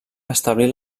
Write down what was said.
establir